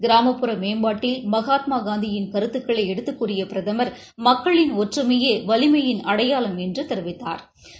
கிராமப்புற மேம்பாட்டில் மகாத்மா காந்தியின் கருத்துக்களை எடுத்துக்கூறிய பிரதமா் மக்களின் ஒற்றுமையே வலிமையின் அடையாளம் என்று தெரிவித்தாா்